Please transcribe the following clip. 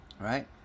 Right